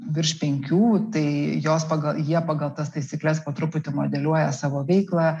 virš penkių tai jos pagal jie pagal tas taisykles po truputį modeliuoja savo veiklą